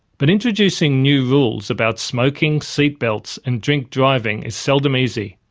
but introducing new rules about smoking, seat belts and drink driving is seldom easy.